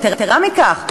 יתרה מכך,